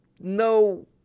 no